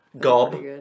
Gob